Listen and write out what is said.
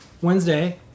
Wednesday